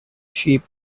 sheep